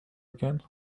again